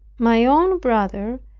my own brother,